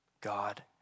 God